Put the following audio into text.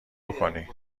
بکنی